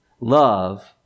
love